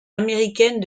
américaine